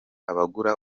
abagura